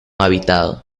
habitado